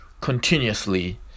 continuously